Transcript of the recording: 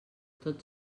tots